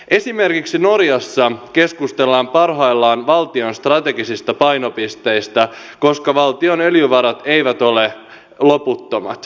esimerkiksi norjassa keskustellaan parhaillaan valtion strategisista painopisteistä koska valtion öljyvarat eivät ole loputtomat